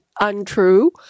untrue